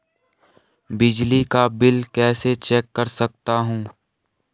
बिजली का बिल कैसे चेक कर सकता हूँ?